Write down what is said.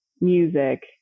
music